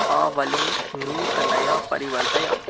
आवलिं नूतनतया परिवर्तय